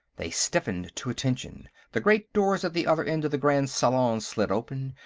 they stiffened to attention, the great doors at the other end of the grand salon slid open,